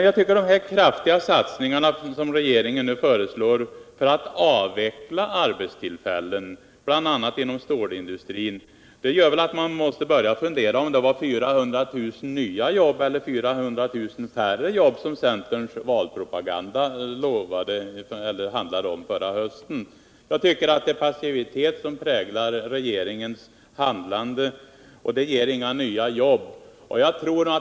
Jag tycker att de kraftiga satsningar som regeringen nu föreslår för att avveckla arbetstillfällen, bl.a. inom stålindustrin, gör att man måste fundera över om det var 400 000 nya jobb eller 4 000 jobb färre som centerns valpropaganda förra hösten handlade om. Passivitet präglar regeringens handlande. Det ger inga nya jobb.